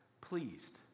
pleased